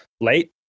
late